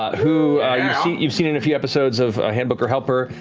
who you've seen in a few episodes of handbooker helper,